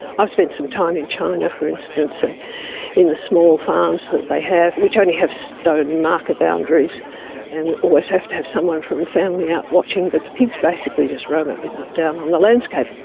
i've spent some time in china, for instance, and in the small farms that they have, which only have stone marker boundaries and always have to have someone from the family out watching, but the pigs basically just roam up and down on the landscape.